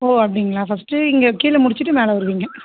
ஓ அப்படிங்ளா ஃபஸ்ட்டு இங்கே கீழே முடிச்சுட்டு மேலே வருவீங்க